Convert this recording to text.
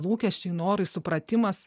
lūkesčiai norai supratimas